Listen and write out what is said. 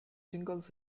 singles